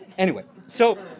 anyway. so